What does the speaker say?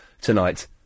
tonight